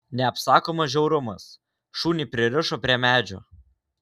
neapsakomas žiaurumas šunį pririšo prie medžio